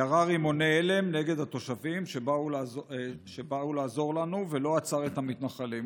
ירה רימוני הלם נגד התושבים שבאו לעזור לנו ולא עצר את המתנחלים.